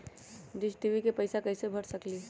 Dish TV के पैईसा कईसे भर सकली?